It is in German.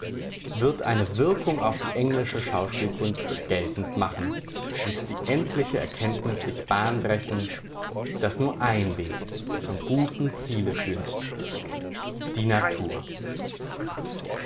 wird eine wirkung auf die englische schauspielkunst sich geltend machen und die endliche erkenntnis sich bahn brechen daß nur ein weg zum guten ziele führt die natur